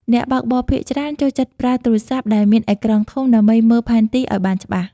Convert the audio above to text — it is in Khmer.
អ្នកបើកបរភាគច្រើនចូលចិត្តប្រើទូរស័ព្ទដែលមានអេក្រង់ធំដើម្បីមើលផែនទីឱ្យបានច្បាស់។